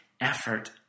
effort